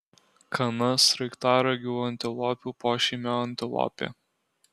kana sraigtaragių antilopių pošeimio antilopė